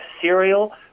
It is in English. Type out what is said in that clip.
cereal